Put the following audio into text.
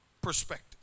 perspective